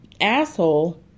asshole